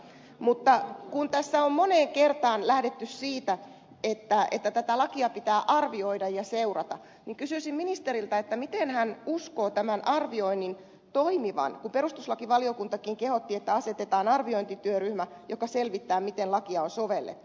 mutta kun tässä on moneen kertaan lähdetty siitä että tätä lakia pitää arvioida ja seurata niin kysyisin ministeriltä miten hän uskoo tämän arvioinnin toimivan kun perustuslakivaliokuntakin kehotti että asetetaan arviointityöryhmä joka selvittää miten lakia on sovellettu